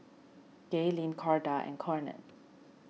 Gaylene Corda and Conard